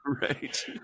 right